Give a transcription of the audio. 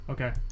Okay